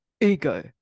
ego